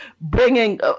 bringing